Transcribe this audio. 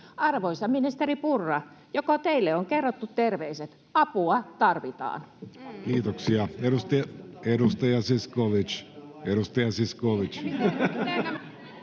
Arvoisa ministeri Purra, joko teille on kerrottu terveiset? Apua tarvitaan. [Ben Zyskowiczin